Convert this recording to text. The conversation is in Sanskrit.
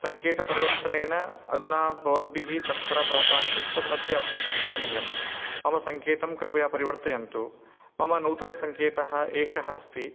सङ्केतपरिवर्तनेन अधुना भवद्भिः तत्र भवतां सिस्टं मध्ये अप्डेशन् करणीयं मम सङ्केतं कृपया परिवर्तयन्तु मम नूतनसङ्केतः एषः अस्ति